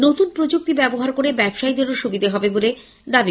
নতুন প্রযুক্তি ব্যবহার করে ব্যবসায়ীদেরও সুবিধা হবে বলে দাবি